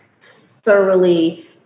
thoroughly